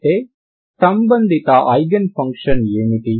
అయితే సంబంధిత eigen function ఏమిటి